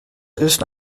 ist